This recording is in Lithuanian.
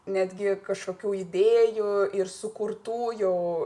netgi kažkokių idėjų ir sukurtų jau